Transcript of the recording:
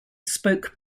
spoke